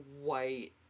white